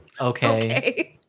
okay